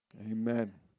Amen